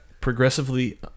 progressively